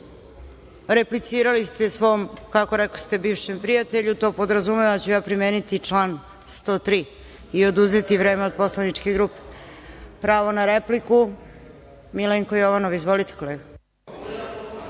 replicirali ste svom, kako rekoste bivšem prijatelju, to podrazumeva da ću ja primeniti član 103. i oduzeti vreme od poslaničke grupe. Pravo na repliku, Milenko Jovanov. Izvolite, kolega.(Srđan